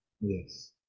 Yes